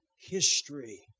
history